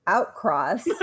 Outcross